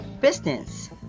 business